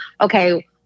okay